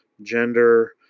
gender